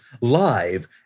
live